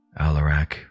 Alarak